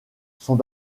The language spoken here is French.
sont